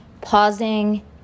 pausing